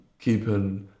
Keeping